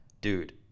Dude